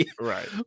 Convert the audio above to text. Right